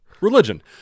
Religion